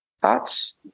Thoughts